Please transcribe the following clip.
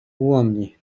ułomni